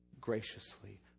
graciously